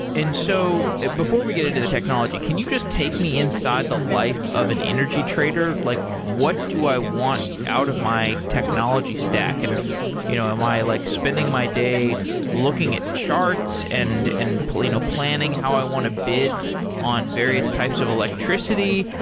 and so before we get into the technology, can you just take me inside the life of an energy trader? like what do i want out of my technology stack? and you know am i like spending my day looking at charts and and planning how i want to bid on various types of electricity,